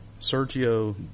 Sergio